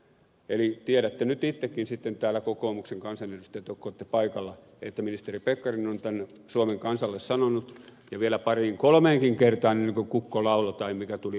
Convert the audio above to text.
eli tiedätte nyt itsekin sitten täällä kokoomuksen kansanedustajat jotka olette paikalla että ministeri pekkarinen on tämän suomen kansalle sanonut ja vielä pariin kolmeenkin kertaan ennen kun kukko lauloi tai mitä tuli uutisissa siinä